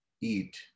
eat